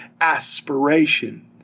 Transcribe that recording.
aspiration